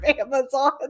Amazon